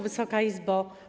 Wysoka Izbo!